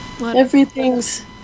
Everything's